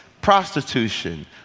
prostitution